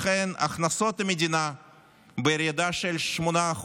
לכן הכנסות המדינה בירידה של 8%,